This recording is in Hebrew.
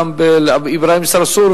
יעלה חבר הכנסת סעיד